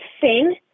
sing